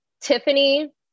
Tiffany